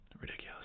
Ridiculous